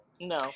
No